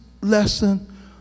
lesson